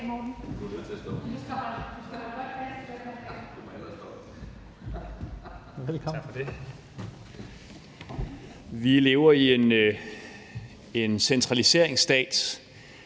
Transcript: Vi lever i en centraliseringsstat,